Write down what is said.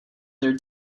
their